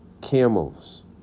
camels